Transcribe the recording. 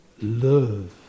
love